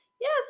yes